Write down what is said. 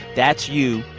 that's you.